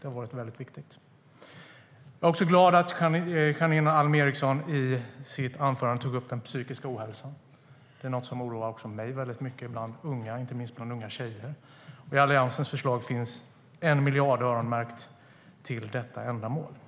Det har varit väldigt viktigt. Jag är glad att Janine Alm Ericson i sitt anförande tog upp den psykiska ohälsan. Det är något som oroar även mig väldigt mycket, inte minst vad gäller unga, särskilt unga tjejer. I Alliansens förslag finns 1 miljard öronmärkt till detta ändamål.